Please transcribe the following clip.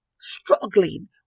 struggling